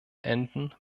enden